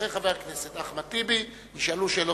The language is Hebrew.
אחרי חבר הכנסת אחמד טיבי ישאלו שאלות